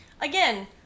Again